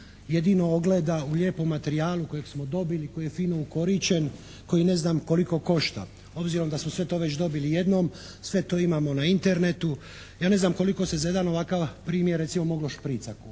jedino ogleda u lijepom materijalu koji smo dobili, koji je fino ukoričen, koji ne znam koliko košta. Obzirom da smo sve to već dobili jednom, sve to imamo na internetu, ja ne znam koliko se za jedan ovakav primjer recimo moglo šprica